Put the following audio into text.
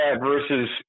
versus